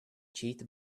cheat